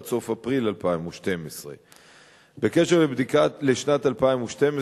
עד סוף אפריל 2012. בקשר לשנת 2012,